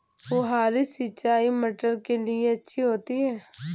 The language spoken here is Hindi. फुहारी सिंचाई मटर के लिए अच्छी होती है?